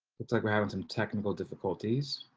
like we're having some technical difficulties.